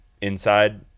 inside